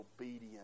obedience